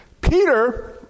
Peter